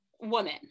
woman